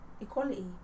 equality